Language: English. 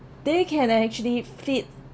they can actually feed